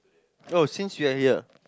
oh since you are here